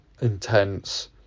intense